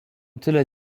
tyle